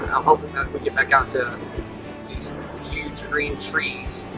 i'm hoping that we get back out to these huge green trees